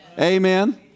Amen